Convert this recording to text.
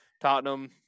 Tottenham